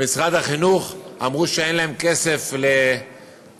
במשרד החינוך אמרו שאין להם כסף לנטילת